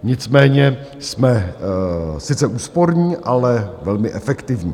Nicméně jsme sice úsporní, ale velmi efektivní.